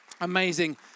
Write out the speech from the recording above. Amazing